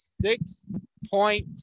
Six-point